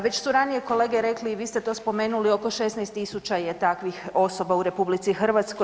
Već su ranije kolege rekli i vi ste to spomenuli, oko 16 tisuća je takvih osoba u RH.